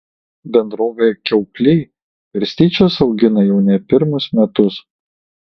bendrovė kiaukliai garstyčias augina jau ne pirmus metus